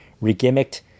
re-gimmicked